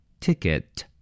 ticket